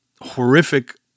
horrific